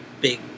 big